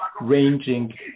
ranging